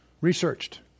researched